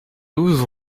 douze